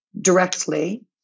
directly